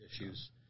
issues